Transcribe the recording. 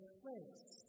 place